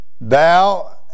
Thou